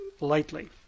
lightly